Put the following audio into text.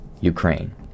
Ukraine